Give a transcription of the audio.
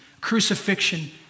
crucifixion